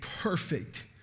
perfect